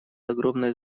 огромное